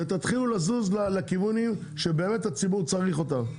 ותתחילו לזוז לכיוונים שבאמת הציבור צריך אותם.